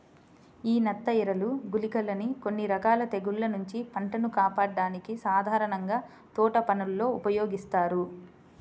యీ నత్తఎరలు, గుళికలని కొన్ని రకాల తెగుల్ల నుంచి పంటను కాపాడ్డానికి సాధారణంగా తోటపనుల్లో ఉపయోగిత్తారు